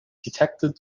detected